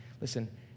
listen